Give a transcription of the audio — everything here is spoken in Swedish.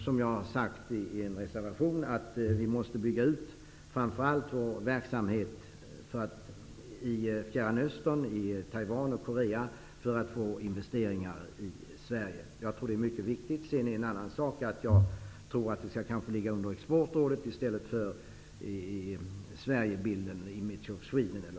Som jag har sagt i en motion, måste vi bygga ut vår verksamhet i Fjärran Östern, i Taiwan och Korea, för att få investeringar i Sverige. Jag tror att det är mycket viktigt. Det är en annan sak att jag tror att det skall ligga under Exportrådet, i stället för under Sverigebilden.